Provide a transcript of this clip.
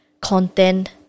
content